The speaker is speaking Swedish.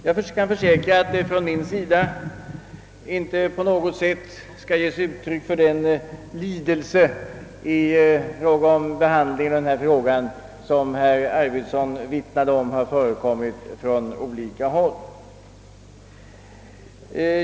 Jag kan försäkra att jag inte på något sätt skall ge uttryck för den lidelse i behandlingen av denna fråga som herr Arvidson vittnade om har förekommit från olika håll.